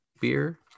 beer